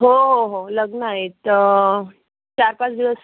हो हो हो लग्न आहे तर चार पाच दिवस